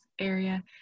area